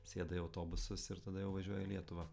sėda į autobusus ir tada jau važiuoja į lietuvą